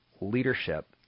leadership